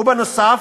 ובנוסף,